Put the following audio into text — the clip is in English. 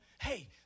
hey